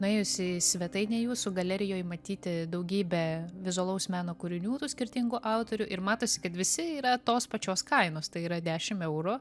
nuėjus į svetainę jūsų galerijoj matyti daugybė vizualaus meno kūrinių tų skirtingų autorių ir matosi kad visi yra tos pačios kainos tai yra dešim eurų